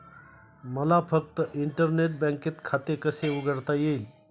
मला फक्त इंटरनेट बँकेत खाते कसे उघडता येईल?